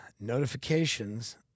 Notifications